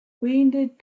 wounded